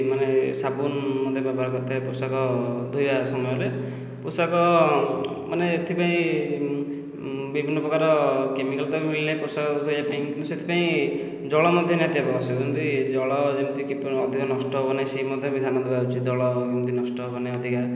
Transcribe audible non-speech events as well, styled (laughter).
ମାନେ ସାବୁନ୍ ମଧ୍ୟ ବ୍ୟବହାର କରିଥାଏ ପୋଷାକ ଧୋଇବା ସମୟରେ ପୋଷାକ ମାନେ ଏଥିପାଇଁ ବିଭିନ୍ନ ପ୍ରକାର କେମିକାଲ୍ ତ ମିଳିଲାଣି ପୋଷାକ ଧୋଇବା ପାଇଁ କିନ୍ତୁ ସେଥିପାଇଁ ଜଳ ମଧ୍ୟ ନିହାତି ଆବଶ୍ୟକ ଯେମିତି ଜଳ ଯେମିତିକି (unintelligible) ଅଧିକ ନଷ୍ଟ ହେବନାହିଁ ସେ ମଧ୍ୟ ଧ୍ୟାନ ଦେବା ଉଚିତ୍ ଜଳ କେମିତି ନଷ୍ଟ ହେବନାହିଁ ଅଧିକ